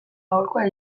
aholkua